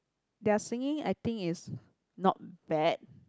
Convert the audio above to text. their singing acting is not bad